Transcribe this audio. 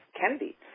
Kennedy